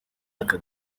aka